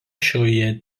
šioje